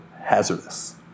hazardous